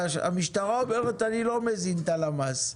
המשטרה אומרת אני לא מזינה את הלמ"ס,